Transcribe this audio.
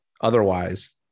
otherwise